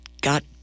got